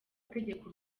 utegeka